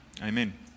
Amen